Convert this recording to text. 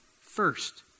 first